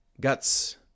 Guts